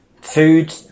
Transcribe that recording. Food